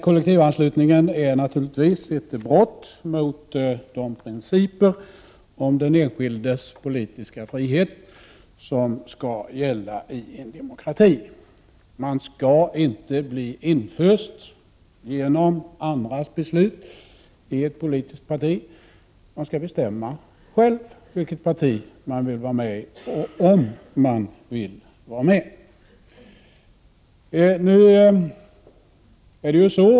Kollektivanslutningen är naturligtvis ett brott mot de principer om den enskildes politiska frihet som skall gälla i en demokrati: Människor skall inte, genom andras beslut, bli infösta i ett politiskt parti. De skall bestämma själva vilket parti de vill vara med i, och om de vill vara med.